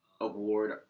award